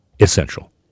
essential